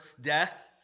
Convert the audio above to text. death